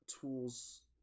tools